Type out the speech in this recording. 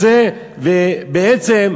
בעצם,